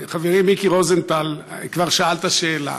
חברי מיקי רוזנטל כבר שאל את השאלה.